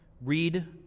read